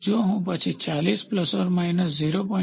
જો હું પછી 40 ± 0